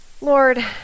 Lord